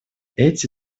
эти